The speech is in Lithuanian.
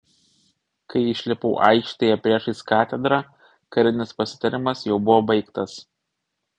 kai išlipau aikštėje priešais katedrą karinis pasitarimas jau buvo baigtas